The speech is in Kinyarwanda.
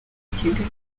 kigali